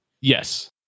yes